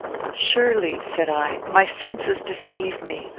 surely, said i, my senses deceive me.